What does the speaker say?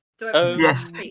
Yes